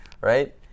right